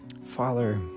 Father